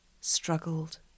struggled